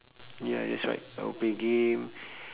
ya that's right I will play game